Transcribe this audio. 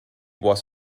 was